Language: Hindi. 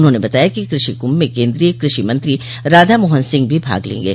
उन्होंने बताया कि कृषि कुम्भ में केन्द्रीय कृषि मंत्री राधा मोहन सिंह भी भाग लेंगे